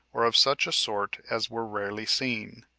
or of such a sort as were rarely seen.